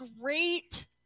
great